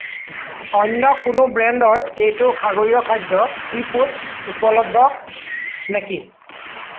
অন্য কোনো ব্ৰেণ্ডৰ এইটো সাগৰীয় খাদ্য ছি ফুডছ উপলব্ধ নেকি